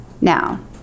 Now